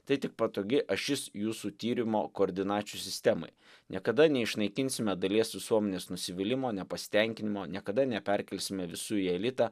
tai tik patogi ašis jūsų tyrimo koordinačių sistemoj niekada neišnaikinsime dalies visuomenės nusivylimo nepasitenkinimo niekada neperkelsime visų į elitą